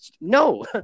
No